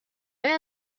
آیا